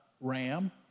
ram